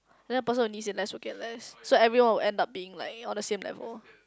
and then the person who need say less will get less so everyone will end up being like all the same level